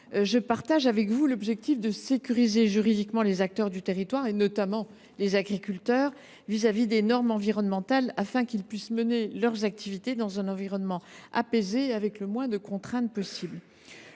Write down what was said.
Je partage avec vous l’objectif de sécuriser juridiquement les acteurs du territoire, notamment les agriculteurs, vis à vis des normes environnementales, afin qu’ils puissent mener leurs activités dans un environnement apaisé et avec le moins de contraintes possible.